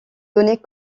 données